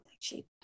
cheap